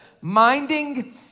Minding